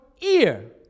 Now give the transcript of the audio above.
ear